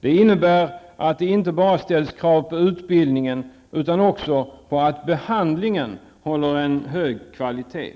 Det innebär att det inte bara ställs krav på utbildningen utan också på att behandlingen håller en hög kvalitet.